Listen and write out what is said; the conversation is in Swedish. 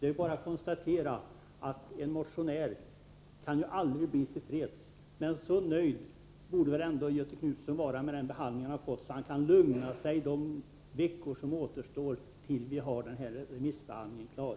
Det är bara att konstatera att en motionär aldrig kan bli till freds, men så nöjd borde ändå Göthe Knutson vara med den behandling han har fått att han kunde lugna sig de veckor som återstår tills vi har remissbehandlingen klar.